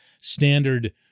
standard